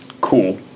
Cool